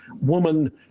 woman